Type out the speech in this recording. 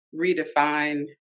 redefine